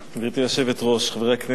גברתי היושבת-ראש, חברי הכנסת,